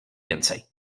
więcej